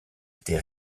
été